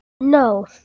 No